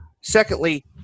Secondly